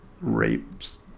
rapes